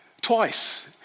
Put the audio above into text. twice